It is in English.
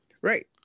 Right